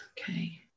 Okay